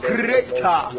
Creator